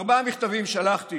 ארבעה מכתבים שלחתי